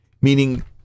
meaning